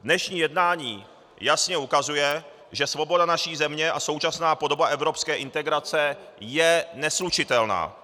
Dnešní jednání jasně ukazuje, že svoboda naší země a současná podoba evropské integrace je neslučitelná.